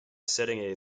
setting